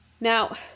Now